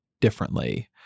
differently